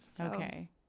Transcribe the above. Okay